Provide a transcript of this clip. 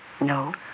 No